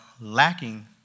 lacking